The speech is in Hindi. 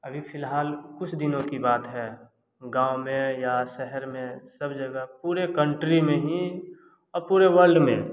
अभी फिलहाल कुछ दिनों की बात है गाँव में या शहर में सब जगह पूरे कंट्री में ही या पूरे वर्ल्ड में